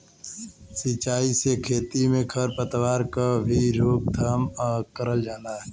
सिंचाई से खेती में खर पतवार क भी रोकथाम करल जाला